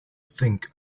think